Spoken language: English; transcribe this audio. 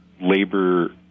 labor